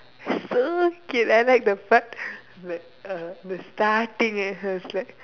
so cute I like the part like uh the starting I was like